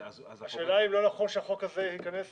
השאלה אם לא נכון שהחוק ייכנס